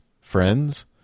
friends